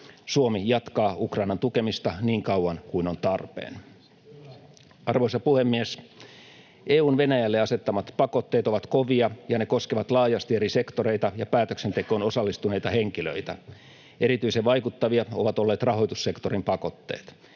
Suomi jatkaa Ukrainan tukemista niin kauan kuin on tarpeen. Arvoisa puhemies! EU:n Venäjälle asettamat pakotteet ovat kovia, ja ne koskevat laajasti eri sektoreita ja päätöksentekoon osallistuneita henkilöitä. Erityisen vaikuttavia ovat olleet rahoitussektorin pakotteet.